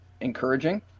encouraging